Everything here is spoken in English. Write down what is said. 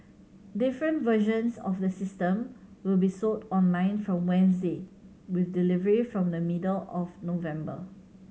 different versions of the system will be sold online from Wednesday with delivery from the middle of November